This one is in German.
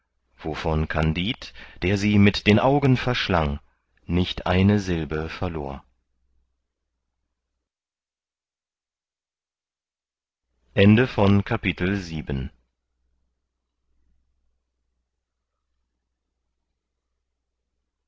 wovon kandid der sie mit den augen verschlang nicht eine sylbe verlor